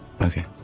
okay